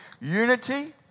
Unity